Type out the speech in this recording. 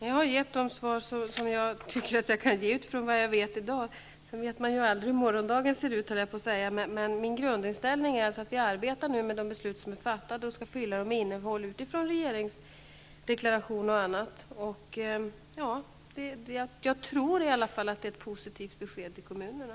Herr talman! Jag har gett det svar som jag kan med utgångspunkt i vad jag vet i dag. Man vet ju aldrig hur morgondagen ser ut. Min grundinställning är emellertid att vi skall arbeta i enlighet med de fattade besluten, och vi skall nu fylla dessa med innehåll, bl.a. med vad som sägs i regeringsdeklarationen. Jag tror i alla fall att detta är ett positivt besked till kommunerna.